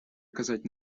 оказать